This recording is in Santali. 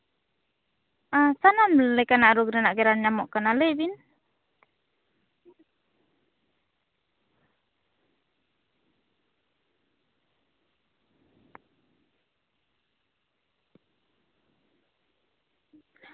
ᱥᱟᱱᱟᱢ ᱞᱮᱠᱟᱱᱟᱜ ᱜᱮ ᱨᱳᱜᱽ ᱨᱮᱭᱟᱜ ᱨᱟᱱᱧᱟᱢᱚᱜ ᱠᱟᱱᱟ ᱞᱟᱹᱭ ᱵᱤᱱ